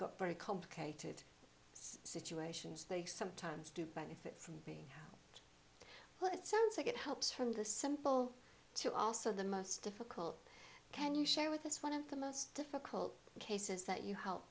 got very complicated situations they sometimes do benefit from well it sounds like it helps from the simple to also the most difficult can you share with us one of the most difficult cases that you help